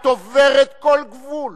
את עוברת כל גבול.